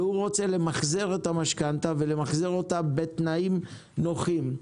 והוא רוצה למחזר את המשכנתא בתנאים נוחים.